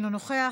אינו נוכח,